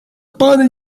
pan